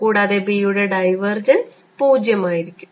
കൂടാതെ B യുടെ divergence 0 ആയിരിക്കും